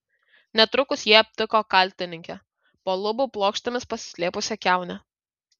netrukus jie aptiko kaltininkę po lubų plokštėmis pasislėpusią kiaunę